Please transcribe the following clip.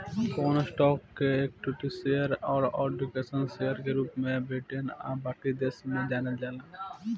कवन स्टॉक्स के equity share आ ऑर्डिनरी शेयर के रूप में ब्रिटेन आ बाकी देश में जानल जाला